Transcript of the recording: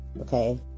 Okay